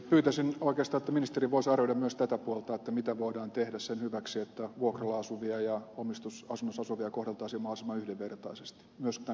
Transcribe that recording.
pyytäisin oikeastaan että ministeri voisi arvioida myös tätä puolta mitä voidaan tehdä sen hyväksi että vuokralla asuvia ja omistusasunnossa asuvia kohdeltaisiin mahdollisimman yhdenvertaisesti myös tämän kotitalousvähennyksen käytössä